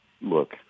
look